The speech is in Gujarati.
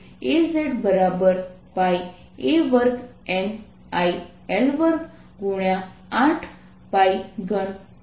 તે Azza2NIL2×8342L L242z232 છે